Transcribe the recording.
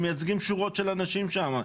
הם מייצגים שורות של אנשים שם.